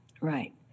right